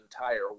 entire